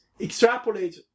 extrapolate